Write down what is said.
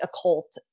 occult